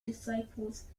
disciples